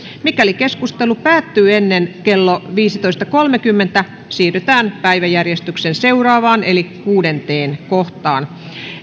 mikäli keskustelu päättyy ennen kello viisitoista kolmeakymmentä siirrytään päiväjärjestyksen seuraavaan eli kuudenteen kohtaan